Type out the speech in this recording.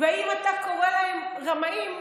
ואם אתה קורא להם "רמאים",